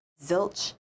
zilch